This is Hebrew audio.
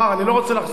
אני לא רוצה לחזור לזה,